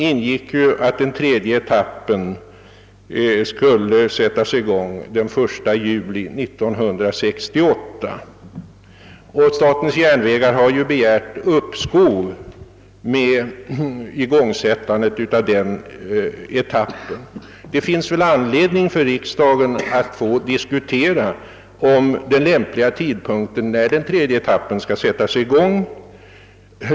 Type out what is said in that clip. Enligt planerna skullé den tredje etappen sättas i gång den 1 juli 1968, men SJ har begärt uppskov härmed. Det torde finnas anledning för riksdagen att diskutera den lämpliga tidpunkten för igångsättandet av den tredje etappen.